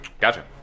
Gotcha